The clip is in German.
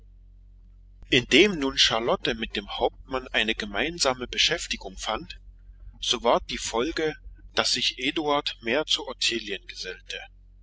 indem nun charlotte mit dem hauptmann eine gemeinsame beschäftigung fand so war die folge daß sich eduard mehr zu ottilien gesellte